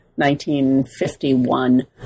1951